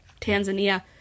Tanzania